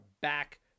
back